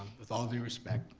with all due respect,